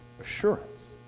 assurance